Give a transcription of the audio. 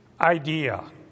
idea